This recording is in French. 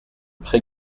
pré